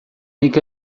nik